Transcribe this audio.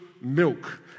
milk